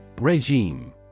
Regime